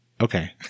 Okay